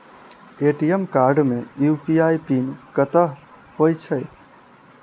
ATM card मे UPI PIN कतह होइ है?